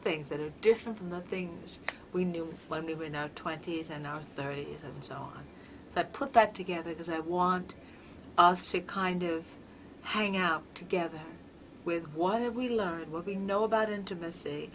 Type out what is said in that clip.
things that are different from the things we knew when we were in our twenty's and thirty's so that put that together because i want us to kind of hang out together with what have we learned what we know about intimacy